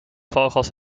vogels